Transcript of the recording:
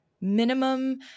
minimum